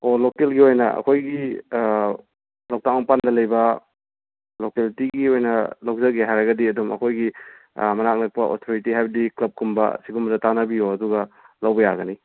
ꯑꯣ ꯂꯣꯀꯦꯜꯒꯤ ꯑꯣꯏꯅ ꯑꯩꯈꯣꯏꯒꯤ ꯂꯣꯛꯇꯥꯛ ꯃꯄꯥꯟꯗ ꯂꯩꯕ ꯂꯣꯀꯦꯂꯤꯇꯤꯒꯤ ꯑꯣꯏꯅ ꯂꯧꯖꯒꯦ ꯍꯥꯏꯔꯒꯗꯤ ꯑꯗꯨꯝ ꯑꯩꯈꯣꯏꯒꯤ ꯃꯅꯥꯛ ꯅꯛꯄ ꯑꯣꯊꯣꯔꯤꯇꯤ ꯍꯥꯏꯕꯗꯤ ꯀ꯭ꯂꯞꯀꯨꯝꯕ ꯁꯤꯒꯨꯝꯕꯗ ꯇꯥꯟꯅꯕꯤꯌꯣ ꯑꯗꯨꯒ ꯂꯧꯕ ꯌꯥꯒꯅꯤ